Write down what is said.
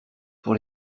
pour